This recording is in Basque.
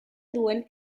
duen